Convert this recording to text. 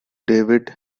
david